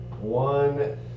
one